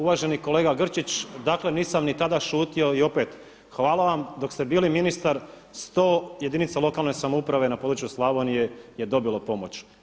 Uvaženi kolega Grčić, dakle nisam ni tada šutio i opet hvala vam dok ste bili ministar 100 jedinica lokalne samouprave na području Slavonije je dobilo pomoć.